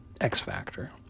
X-Factor